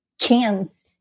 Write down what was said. chance